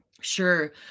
Sure